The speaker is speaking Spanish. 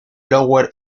lower